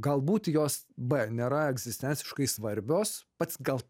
galbūt jos b nėra egzistenciškai svarbios pats gal